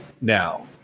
now